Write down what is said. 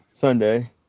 Sunday